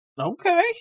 Okay